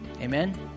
Amen